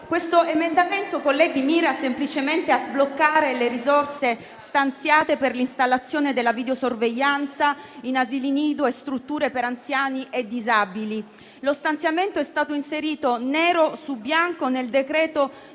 l'emendamento 20.0.101, mira semplicemente a sbloccare le risorse stanziate per l'installazione della videosorveglianza in asili nido e strutture per anziani e disabili. Lo stanziamento è stato inserito nero su bianco nel decreto-legge